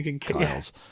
kyle's